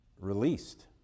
released